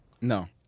No